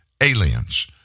aliens